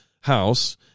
house